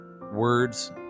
words